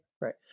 Right